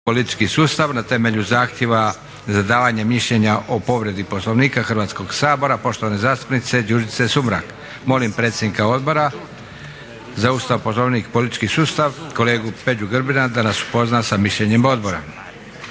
politički sustav na temelju zahtjeva za davanjem mišljenja o povredi Poslovnika Hrvatskog sabora poštovane zastupnice Đurđice Sumrak. Molim predsjednika Odbora za Ustav, Poslovnik i politički sustav kolegu Peđu Grbina da nas upozna sa mišljenjem odbora.